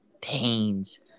pains